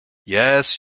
yes